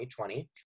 2020